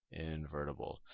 Invertible